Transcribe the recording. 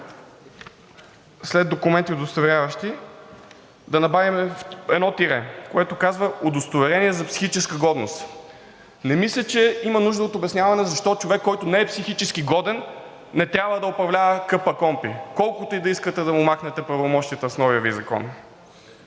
след „документи, удостоверяващи“ едно тире, което казва „удостоверение за психическа годност“. Не мисля, че има нужда от обясняване защо човек, който не е психически годен, не трябва да управлява КПКОНПИ, колкото и да искате да му махнете правомощията с новия Ви